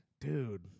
Dude